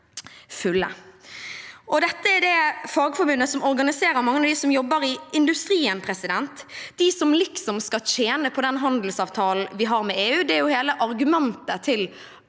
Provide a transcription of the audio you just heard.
fagforbundet som organiserer mange av dem som jobber i industrien, de som liksom skal tjene på den handelsavtalen vi har med EU. Det er jo hele argumentet til